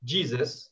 Jesus